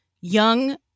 young